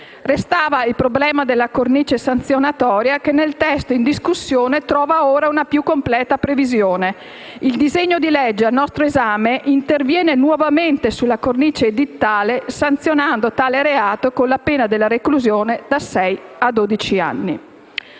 Restava il problema della cornice sanzionatoria che nel testo in discussione trova ora una più completa previsione: il disegno di legge al nostro esame interviene nuovamente sulla cornice edittale, sanzionando tale reato con la pena della reclusione da sei a dodici anni.